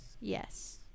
Yes